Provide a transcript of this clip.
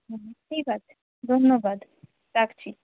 হুম ঠিক আছে ধন্যবাদ রাখছি